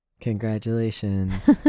Congratulations